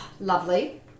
Lovely